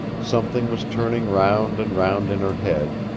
something was turning round and round in her head,